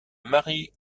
marie